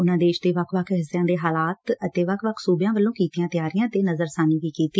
ਉਨਾਂ ਦੇਸ਼ ਦੇ ਵੱਖ ਵੱਖ ਹਿੱਸਿਆ ਦੇ ਹਾਲਾਤ ਅਤੇ ਵੱਖ ਵੱਖ ਸੁਬਿਆਂ ਵੱਲੋਂ ਕੀਤੀਆਂ ਤਿਆਰੀਆਂ ਤੇ ਨਜ਼ਰਸਾਨੀ ਵੀ ਕੀਤੀ